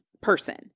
person